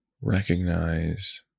recognize